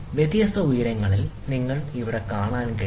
വ്യത്യസ്ത ഉയരങ്ങളിൽ നിങ്ങൾക്ക് ഇവിടെ കാണാൻ കഴിയും